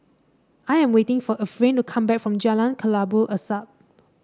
I am waiting for Efrain to come back from Jalan Kelabu Asap